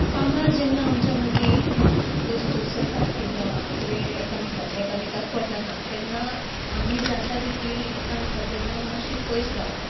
कामार जेन्ना आमच्या मदीं दुसफूस जाता किंवा कितेंय एकामेकाचें एकामेकाक पटना तेन्ना आमी जाता तितली एकामेका कडल्यान मात्शी पयस रावतात